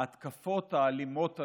ההתקפות האלימות עליהם,